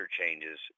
changes